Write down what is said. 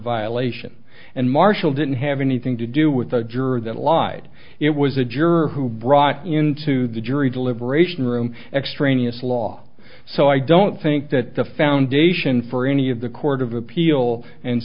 violation and marshall didn't have anything to do with the juror that lied it was a juror who brought into the jury deliberation room extraneous law so i don't think that the foundation for any of the court of appeal and